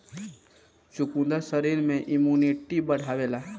चुकंदर शरीर में इमुनिटी बढ़ावेला